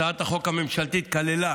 הצעת החוק הממשלתית כללה